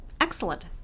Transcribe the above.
excellent